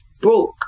broke